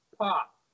pop